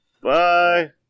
Bye